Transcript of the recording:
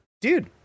dude